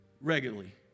regularly